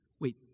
wait